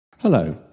Hello